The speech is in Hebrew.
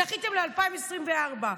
דחיתם ל-2024.